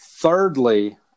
Thirdly